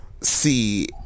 see